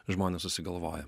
žmonės susigalvoja